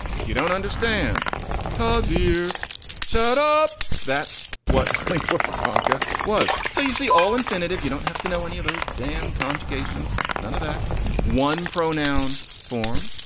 if you don't understand tosia shut up. that's what lingua franca was. so you see all infinitive. you don't have to know any of those damn conjugations. none of that one. pronoun form,